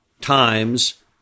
times